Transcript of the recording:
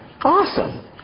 Awesome